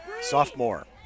sophomore